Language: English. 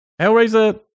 Hellraiser